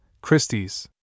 Christie's